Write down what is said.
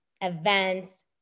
events